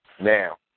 Now